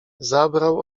zabrał